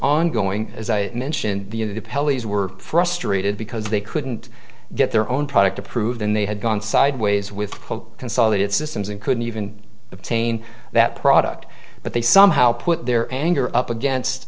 ongoing as i mentioned the were frustrated because they couldn't get their own product approved and they had gone sideways with consolidated systems and couldn't even obtain that product but they somehow put their anger up against